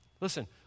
Listen